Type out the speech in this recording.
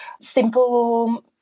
simple